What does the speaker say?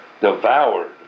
devoured